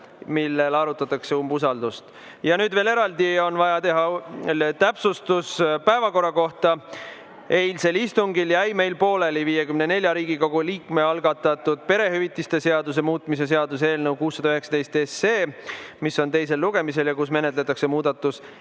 kus arutatakse umbusaldust. Ja nüüd veel eraldi on vaja teha täpsustus päevakorra kohta. Eilsel istungil jäi meil pooleli 54 Riigikogu liikme algatatud perehüvitiste seaduse muutmise seaduse eelnõu 619 arutelu teisel lugemisel, kus menetletakse muudatusettepanekuid.